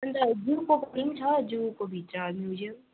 अन्त जूको पनि छ जूको भित्र म्युजियम